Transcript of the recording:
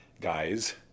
guys